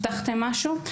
הבטחתם משהו,